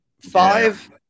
five